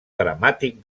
dramàtic